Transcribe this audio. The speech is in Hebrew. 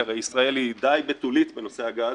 כי הרי ישראל היא די בתולית בנושא הגז,